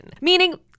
Meaning